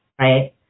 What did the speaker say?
Right